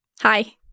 Hi